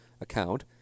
account